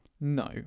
No